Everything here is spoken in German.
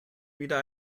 wieder